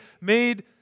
made